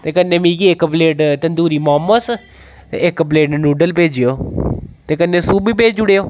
ते कन्नै मिगी इक प्लेट तंदूरी मोमोस ते इक प्लेट नूडल्स भेजेओ ते कन्नै सूप बी भेजी ओड़ेओ